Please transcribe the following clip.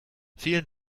vielen